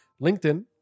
LinkedIn